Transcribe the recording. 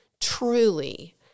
truly